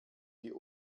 die